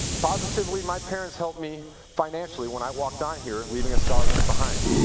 positively, my parents helped me financially when i walked on here, leaving a scholarship behind.